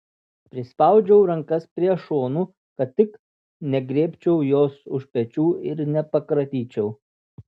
prispaudžiu rankas prie šonų kad tik negriebčiau jos už pečių ir nepakratyčiau